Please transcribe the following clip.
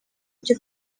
ibyo